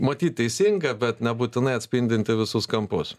matyt teisinga bet nebūtinai atspindinti visus kampus